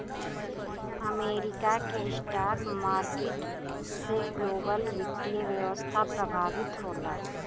America के stock market से global वित्तीय व्यवस्था प्रभावित होला